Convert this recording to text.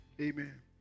Amen